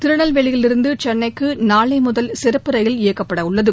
திருநெல்வேலியிலிருந்து சென்னைக்கு நாளை முதல் சிறப்பு ரயில் இயக்கப்பட உள்ளது